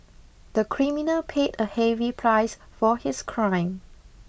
the criminal paid a heavy price for his crime